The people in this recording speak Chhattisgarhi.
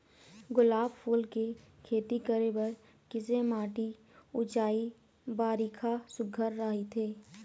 गुलाब फूल के खेती करे बर किसे माटी ऊंचाई बारिखा सुघ्घर राइथे?